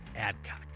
Adcock